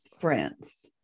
friends